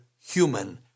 human